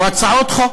או הצעות חוק,